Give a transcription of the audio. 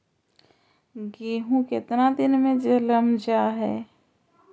गेहूं केतना दिन में जलमतइ जा है?